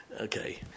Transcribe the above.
Okay